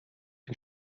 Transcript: den